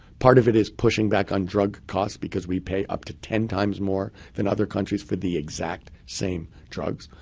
part of it is pushing back on drug costs, because we pay up to ten times more than other countries for the exact same drugs.